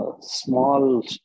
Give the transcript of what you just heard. small